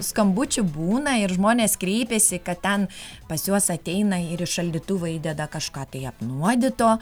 skambučių būna ir žmonės kreipėsi kad ten pas juos ateina ir į šaldytuvą įdeda kažką tai apnuodyto